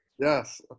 Yes